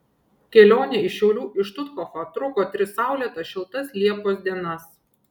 kelionė iš šiaulių į štuthofą truko tris saulėtas šiltas liepos dienas